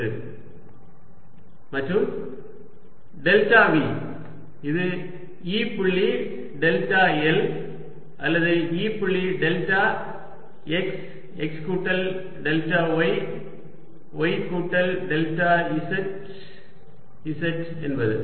V2V1 VxxyyzzV1 ∂V∂xx ∂V∂yy ∂V∂zzExxEyyEzz Ex ∂V∂xEy ∂V∂yEz ∂V∂z மற்றும் delta V இது E புள்ளி delta l அல்லது E புள்ளி டெல்டா x x கூட்டல் டெல்டா y y கூட்டல் டெல்டா z z என்பது